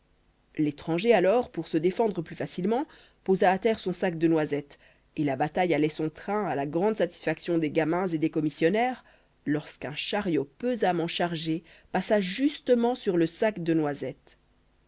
l'étranger alors pour se défendre plus facilement posa à terre son sac de noisettes et la bataille allait son train à la grande satisfaction des gamins et des commissionnaires lorsqu'un chariot pesamment chargé passa justement sur le sac de noisettes